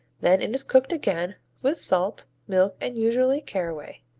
then it is cooked again with salt, milk, and usually caraway.